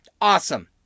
Awesome